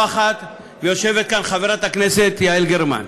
יושבת כאן חברת הכנסת יעל גרמן,